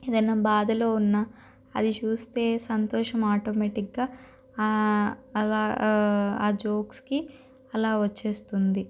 ఏదన్నా బాధలో ఉన్నా అది చూస్తే సంతోషం ఆటోమెటిక్గా అలా ఆ జోక్స్కి అలా వచ్చేస్తుంది